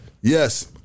yes